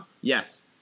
Yes